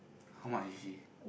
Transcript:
how much is she